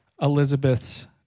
Elizabeth's